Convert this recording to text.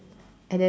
and then